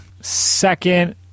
second